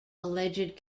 alleged